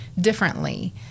differently